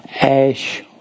Ash